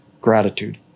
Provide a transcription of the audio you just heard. gratitude